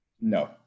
No